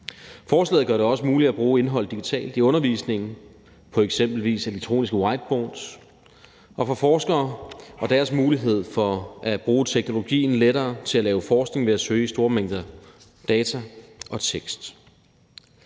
Forslaget gør det også muligt at bruge indhold digitalt i undervisningen på f.eks. elektroniske whiteboards og for forskere at bruge teknologien lettere til at lave forskning ved at søge i store mængder data og tekst.